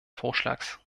vorschlags